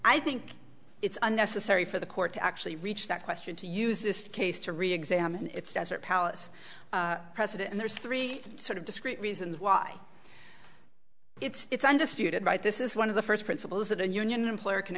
i think it's unnecessary for the court to actually reach that question to use this case to re examine its desert palace precedent and there's three sort of discrete reasons why it's undisputed right this is one of the first principles that a union employer can